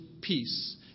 peace